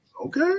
Okay